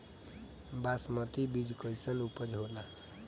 बासमती बीज कईसन उपज होला?